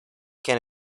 can